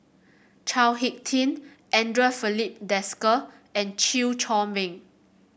Chao HicK Tin Andre Filipe Desker and Chew Chor Meng